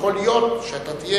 יכול להיות שאתה תהיה